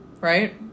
right